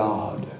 God